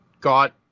got